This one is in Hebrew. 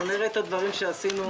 אנחנו נראה את הדברים שעשינו.